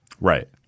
Right